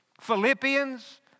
Philippians